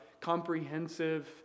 comprehensive